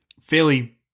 fairly